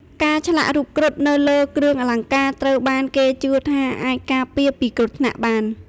ការឆ្លាក់រូបគ្រុឌនៅលើគ្រឿងអលង្ការត្រូវបានគេជឿថាអាចការពារពីគ្រោះថ្នាក់បាន។